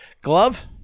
Glove